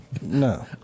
No